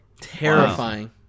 Terrifying